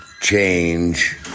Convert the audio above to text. change